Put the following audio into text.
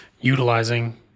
utilizing